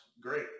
Great